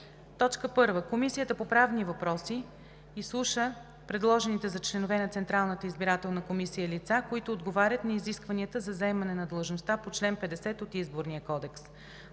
комисия. 1. Комисията по правни въпроси изслушва предложените за членове на Централната избирателна комисия лица, които отговарят на изискванията за заемане на длъжността по чл. 50 от Изборния кодекс.